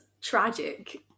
tragic